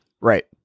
right